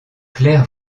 claire